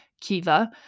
Kiva